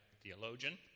theologian